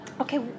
okay